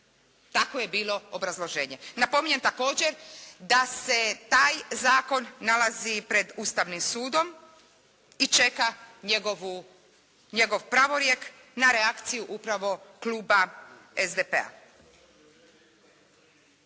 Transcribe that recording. Tako je bilo obrazloženje. Napominjem također da se taj zakon nalazi pred Ustavnim sudom i čeka njegovu, njegov pravorijek na reakciju upravo kluba SDP-a.